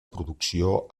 producció